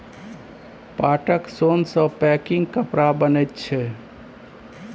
पाटक सोन सँ पैकिंग कपड़ा बनैत छै